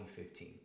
2015